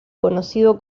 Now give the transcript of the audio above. conocido